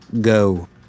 Go